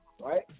right